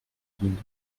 haben